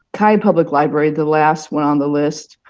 kind of public library, the last one on the list,